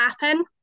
happen